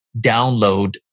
download